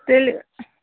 تیٚلہِ